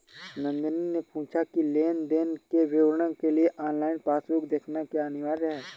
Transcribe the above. नंदनी ने पूछा की लेन देन के विवरण के लिए ऑनलाइन पासबुक देखना क्या अनिवार्य है?